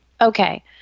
okay